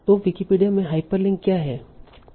तो विकिपीडिया में हाइपरलिंक क्या है